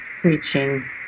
preaching